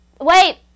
Wait